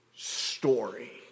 Story